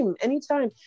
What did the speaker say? Anytime